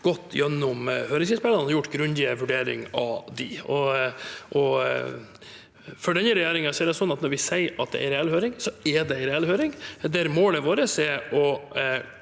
gått gjennom høringsinnspillene og gjort grundige vurderinger av dem. For denne regjeringen er det sånn at når vi sier at det er en reell høring, er det en reell høring, der målet vårt er å